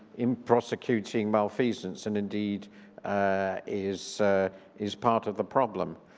in prosecuting malfeasance and indeed is is part of the problem.